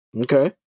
okay